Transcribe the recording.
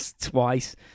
twice